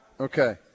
Okay